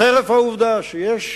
חרף העובדה שיש